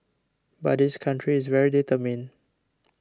but this country is very determined